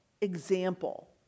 example